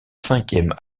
cinquième